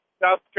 South